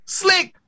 slick